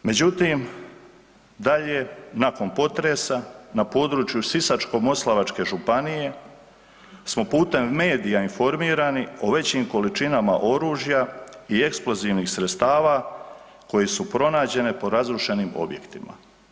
Međutim, dalje nakon potresa, na području Sisačko-moslavačke županije smo putem medija informirani o većim količinama oružja i eksplozivnih sredstava koji su pronađene po razrušenim objektima.